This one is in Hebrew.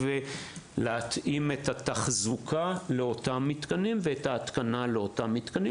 להתאים את התחזוקה ואת ההתקנה לאותם מתקנים.